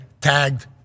tagged